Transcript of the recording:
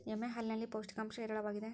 ಎಮ್ಮೆ ಹಾಲಿನಲ್ಲಿ ಪೌಷ್ಟಿಕಾಂಶ ಹೇರಳವಾಗಿದೆ